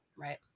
Right